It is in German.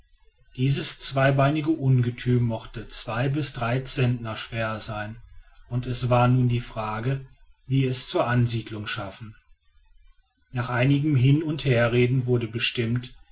dieses zweibeinige ungetüm mochte zwei bis drei zentner schwer sein und es war nun die frage wie es zur ansiedlung schaffen nach einigem hin und herreden wurde bestimmt